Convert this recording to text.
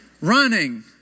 Running